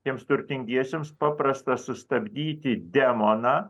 tiems turtingiesiems paprasta sustabdyti demoną